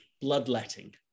bloodletting